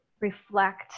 reflect